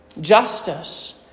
Justice